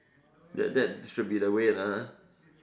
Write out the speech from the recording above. that that should be the way lah ha